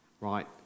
right